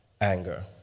anger